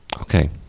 Okay